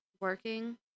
working